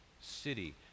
city